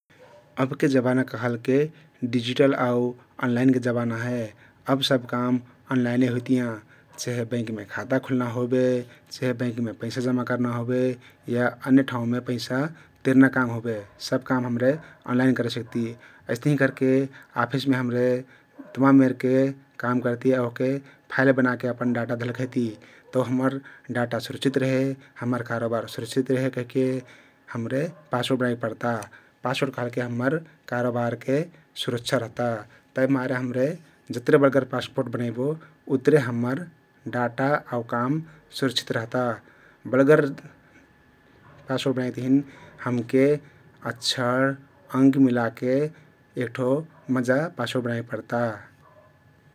अबके जमाना कहलके डिजिटल आउ अनलाइनके जमाना हे । अब सब काम अनलाइनले हुइतियाँ । चेहे बैंकमे खाता खुल्ना होबे चेहे बैंकमे पैसा जमा कर्ना होबे या अन्य ठाउँमे पैसा तिर्ना काम होबे । सब काम हम्रे अनलाइन करे सिक्ती । अइस्तहिं करके आफिसमे हम्रे तमाम मेरके काम करती आउ ओहके फाइल बनाके अपन डाटा धरले रहति तउ हम्मर डाटा सुरक्षित रहे, हम। मर कारोबार सुरक्षित रहे कहिके हम्रे पासवर्ड बनाइक पर्ता । पासवर्ड कहलके हम्मर कारोबारके सुरक्षा तहता । उहिमारे हम्रे जत्रा बलगत पासवर्ड बनैबो उत्रे हम्मर डाटा आउ काम सुरक्षित रहता । बलगर पासवर्ड बनाइक तहिन हमके अक्षर अंक मिलाके एक ठो मजा पासवर्ड बनाइक पर्ता ।